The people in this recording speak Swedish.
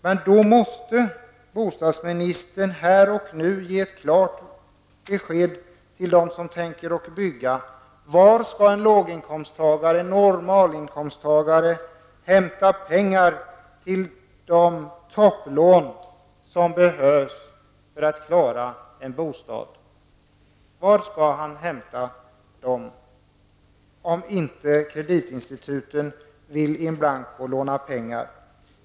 Men då måste bostadsministern här och nu ge ett klart besked till dem som tänker bygga. Var skall en låginkomstintagare, en normalinkomsttagare, hämta pengar till de topplån som behövs för att klara en bostad? Var skall han hämta dem, om inte kreditinstituten vill låna ut pengar in blanco?